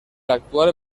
actual